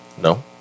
No